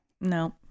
No